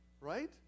right